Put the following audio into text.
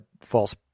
false